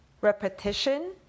repetition